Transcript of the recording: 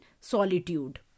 solitude